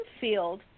field